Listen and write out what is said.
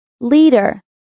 Leader